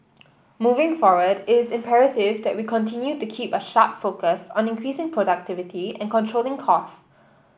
moving forward is imperative that we continue to keep a sharp focus on increasing productivity and controlling cost